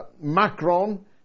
Macron